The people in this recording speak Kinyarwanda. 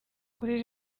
kuri